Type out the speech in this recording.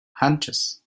hunches